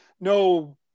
no